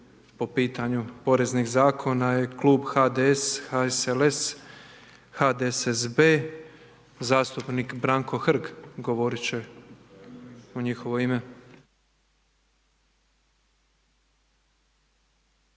po pitanju poreznih zakona je klub HDS, HSLS, HDSSB, zastupnik Branko Hrg govorit će u njihovo ime.